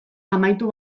amaitu